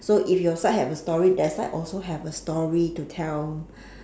so if your side have a story that side also have a story to tell